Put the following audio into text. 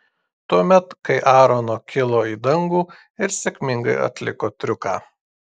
tuomet kai aarono kilo į dangų ir sėkmingai atliko triuką